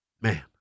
man